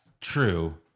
true